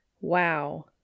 Wow